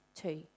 two